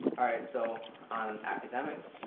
alright, so on academics,